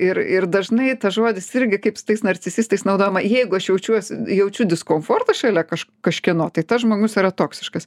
ir ir dažnai tas žodis irgi kaip su tais nacisistais naudojama jeigu aš jaučiuosi jaučiu diskomfortą šalia kaž kažkieno tai tas žmogus yra toksiškas